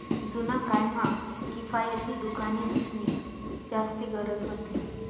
जुना काय म्हा किफायती दुकानेंसनी जास्ती गरज व्हती